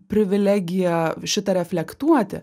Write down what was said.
privilegiją šitą reflektuoti